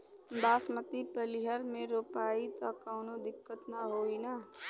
बासमती पलिहर में रोपाई त कवनो दिक्कत ना होई न?